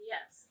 Yes